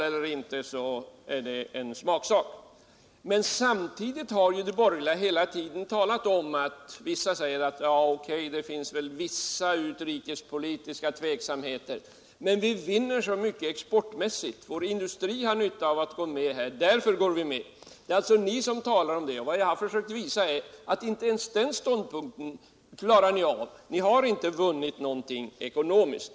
Anders Wijkman, en smaksak om man vill kalla det moral eller inte. En del av de borgerliga säger att det finns vissa utrikespolitiska tveksamheter men att vi vinner så mycket exportmässigt om vi är med i IDB och att vår industri har nytta av att vi går med — och därför gör vi det. Det är alltså ni som talat om det. Vad jag har försökt visa är att ni inte ens klarar av att försvara den ståndpunkten. Ni har inte vunnit någonting ckonomiskt.